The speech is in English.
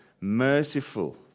merciful